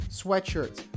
sweatshirts